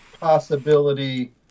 possibility